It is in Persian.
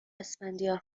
اسفندیار